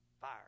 fire